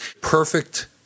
perfect